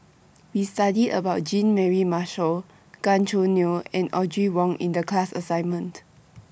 We studied about Jean Mary Marshall Gan Choo Neo and Audrey Wong in The class assignment